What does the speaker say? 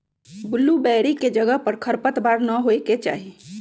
blueberry के जगह पर खरपतवार न होए के चाहि